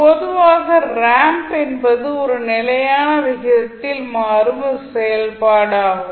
பொதுவாக ரேம்ப் என்பது ஒரு நிலையான விகிதத்தில் மாறும் ஒரு செயல்பாடு ஆகும்